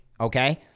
okay